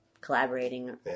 collaborating